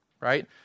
right